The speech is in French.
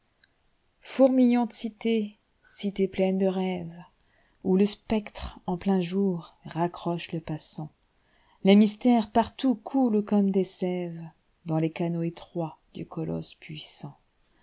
cité cité pleine de rêves où le spectre en plehi jour raccroche le passant iles mystères partout coulent comme des sèvesdans les canaux étroits du colosse puissant